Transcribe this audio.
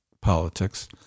politics